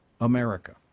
America